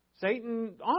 Satan